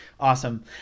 awesome